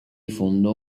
fondò